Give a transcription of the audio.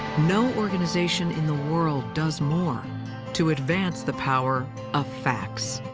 no organization in the world does more to advance the power of facts.